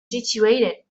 situated